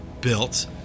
built